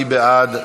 מי בעד?